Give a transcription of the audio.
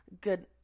good